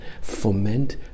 foment